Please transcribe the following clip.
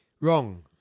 Wrong